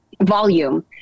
Volume